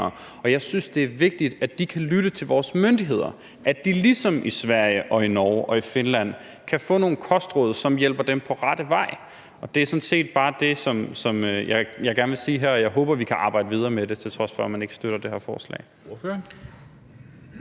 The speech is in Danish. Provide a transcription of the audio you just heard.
og jeg synes, det er vigtigt, at de kan lytte til vores myndigheder; at de ligesom i Sverige og i Norge og i Finland kan få nogle kostråd, som hjælper dem på rette vej. Det er sådan set bare det, som jeg gerne vil sige her, og jeg håber, vi kan arbejde videre med det, til trods for at man ikke støtter det her forslag.